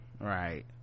right